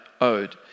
owed